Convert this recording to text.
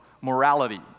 morality